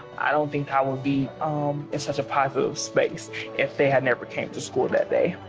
i don't think i would be in such a positive space if they had never came to school that day.